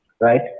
right